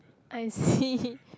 I see